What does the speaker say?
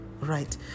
right